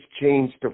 changed